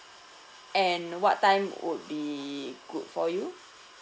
and what time would be good for you